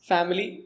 Family